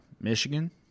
Michigan